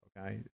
okay